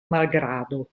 malgrado